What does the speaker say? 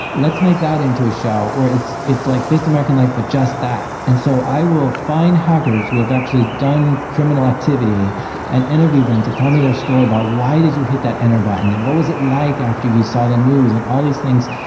let's make that into a show where it's it's like this american life, but just that. and so i will find hackers who have actually done criminal activity and interview them to tell me their story about why did you hit that enter button and what was it like after you saw the news and all these things?